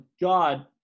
god